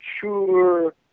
sure